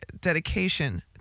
dedication